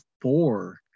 four